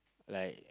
like